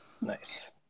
Nice